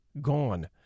gone